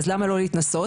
אז למה לא להתנסות?